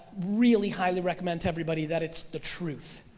really highly recommend to everybody that it's the truth.